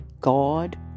God